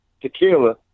tequila